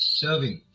serving